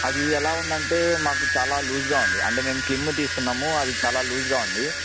అది ఎలా ఉందంటే మాకు చాలా లూజ్గా ఉంది అంటే మేము స్లిమ్ తీసుకున్నాము అది చాలా లూజ్గా ఉంది